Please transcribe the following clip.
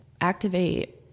activate